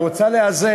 היא רוצה לאזן,